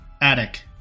Attic